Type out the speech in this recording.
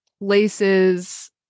laces